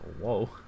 whoa